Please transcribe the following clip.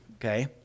okay